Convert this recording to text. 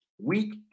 Week